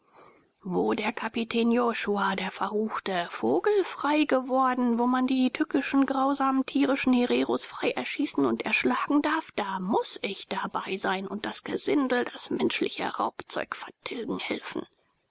wo der kapitän josua der verruchte vogelfrei geworden wo man die tückischen grausamen tierischen hereros frei erschießen und erschlagen darf da muß ich dabei sein und das gesindel das menschliche raubzeug vertilgen helfen